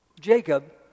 Jacob